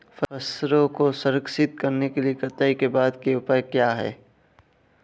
फसल को संरक्षित करने के लिए कटाई के बाद के उपाय क्या हैं?